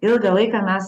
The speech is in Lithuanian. ilgą laiką mes